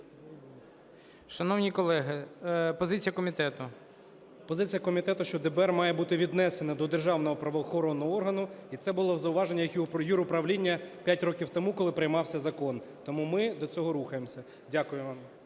Шановні колеги! Позиція комітету. 14:53:03 МОНАСТИРСЬКИЙ Д.А. Позиція комітету, що ДБР має бути віднесено до державного правоохоронного органу, і це було в зауваженнях юруправління 5 років тому, коли приймався закон. Тому ми до цього рухаємося. Дякую вам.